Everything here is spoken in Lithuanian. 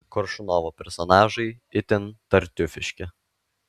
koršunovo personažai itin tartiufiški